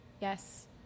yes